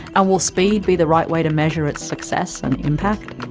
ah will speed be the right way to measure its success and impact?